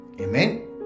Amen